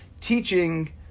teaching